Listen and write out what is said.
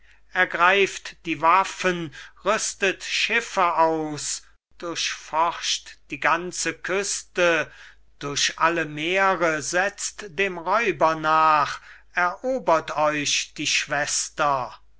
sei ergreift die waffen rüstet schiffe aus durchforscht die ganze küste durch alle meere setzt dem räuber nach erobert euch die schwester